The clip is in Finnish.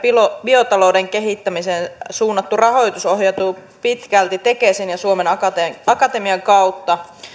biotalouden kehittämiseen suunnattu rahoitus ohjautuu pitkälti tekesin ja suomen akatemian kautta